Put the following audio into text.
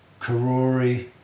Karori